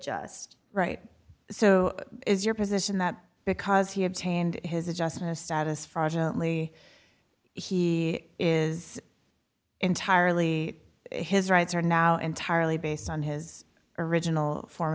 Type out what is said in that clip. just right so is your position that because he obtained his adjustment of status fortunately he is entirely his rights are now entirely based on his original form